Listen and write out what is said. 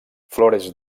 flores